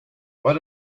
what